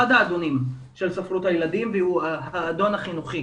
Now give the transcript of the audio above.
האדונים של ספרות הילדים והוא האדון החינוכי.